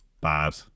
bad